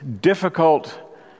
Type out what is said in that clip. difficult